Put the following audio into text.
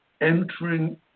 entering